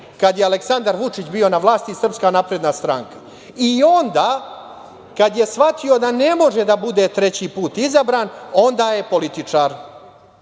kada je Aleksandar Vučić bio na vlasti i SNS. I onda kada je shvatio da ne može da bude treći put izabran, onda je političar,